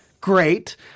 Great